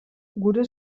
gure